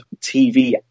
TV